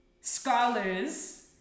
Scholars